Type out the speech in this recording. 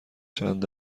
چند